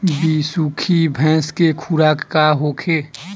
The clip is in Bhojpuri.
बिसुखी भैंस के खुराक का होखे?